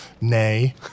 Nay